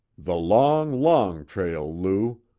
the long, long trail, lou,